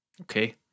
okay